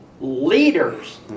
Leaders